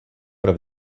pro